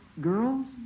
Girls